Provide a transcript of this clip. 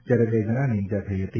જ્યારે બે જણાને ઇજા થઇ હતી